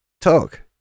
talk